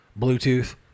Bluetooth